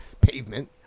pavement